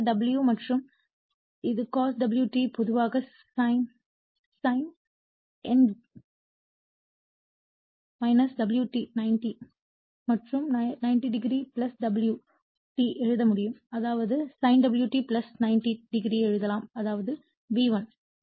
பின்னர் ω மற்றும் இது cos ω t பொதுவாக sin 90 o ω t மற்றொரு 90 o ω t எழுத முடியும் அதாவது sin ω t 90 o எழுதலாம்அதாவது V1